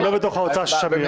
הם לא בתוך ההוצאה של ה-6 מיליון.